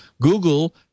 Google